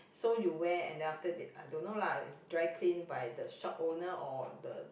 so you wear and then after that I don't know lah is dry clean by the shop owner or the the